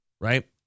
right